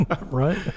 Right